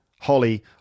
holly